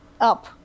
up